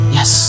Yes